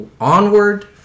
onward